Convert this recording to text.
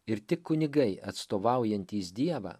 ir tik kunigai atstovaujantys dievą